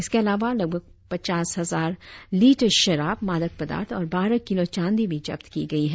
इसके अलावा लगभग पचास हजार लीटर शराब मादक पदार्थ और बारह किलो चॉदी भी जब्त की गई है